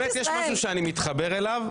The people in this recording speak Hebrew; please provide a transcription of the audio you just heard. האמת יש משהו שאני מתחבר אליו,